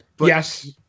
Yes